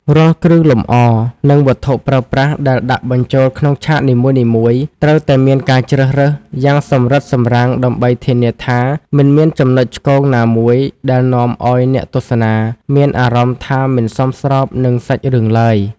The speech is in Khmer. រាល់គ្រឿងលម្អ និងវត្ថុប្រើប្រាស់ដែលដាក់បញ្ចូលក្នុងឆាកនីមួយៗ ត្រូវតែមានការជ្រើសរើសយ៉ាងសម្រិតសម្រាំងដើម្បីធានាថាមិនមានចំណុចឆ្គងណាមួយដែលនាំឱ្យអ្នកទស្សនាមានអារម្មណ៍ថាមិនសមស្របនឹងសាច់រឿងឡើយ។